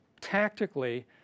tactically